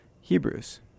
Hebrews